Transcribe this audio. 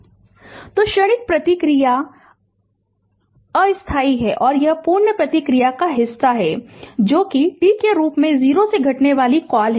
Refer Slide Time 1348 तो क्षणिक प्रतिक्रिया अस्थायी है और यह पूर्ण प्रतिक्रिया का हिस्सा है जो कि t के रूप में 0 से घटने वाली कॉल है